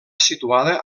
situada